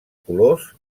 colors